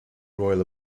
royal